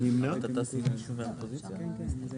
אנחנו נתחיל בהסתייגות הזאת.